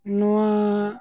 ᱱᱚᱣᱟ